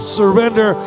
surrender